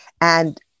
And-